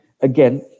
again